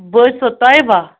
بہٕ حظ چھسَو طیبہ